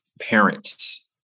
parents